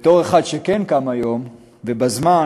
בתור אחד שכן קם היום, ובזמן,